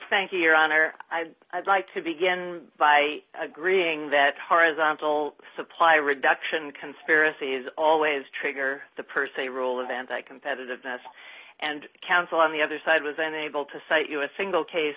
thank you your honor i'd like to begin by agreeing that horizontal supply reduction conspiracy is always trigger the per se rule of anti competitive ness and counsel on the other side was unable to cite you a single case